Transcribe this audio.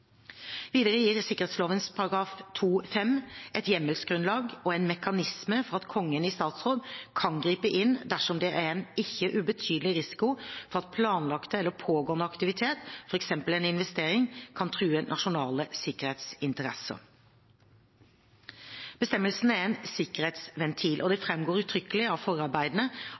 Videre gir sikkerhetsloven § 2-5 et hjemmelsgrunnlag og en mekanisme for at Kongen i statsråd kan gripe inn dersom det er en ikke ubetydelig risiko for at planlagt eller pågående aktivitet, f.eks. en investering, kan true nasjonale sikkerhetsinteresser. Bestemmelsen er en sikkerhetsventil, og det framgår uttrykkelig av forarbeidene